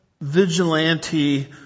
vigilante